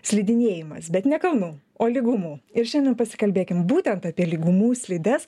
slidinėjimas bet ne kalnų o lygumų ir šiandien pasikalbėkim būtent apie lygumų slides